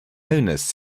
owners